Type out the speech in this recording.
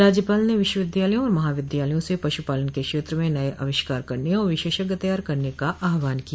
राज्यपाल ने विश्वविद्यालयों और महाविद्यालयों से पश्पालन के क्षेत्र में नये आविष्कार करने और विशेषज्ञ तैयार करने का आह्वान किया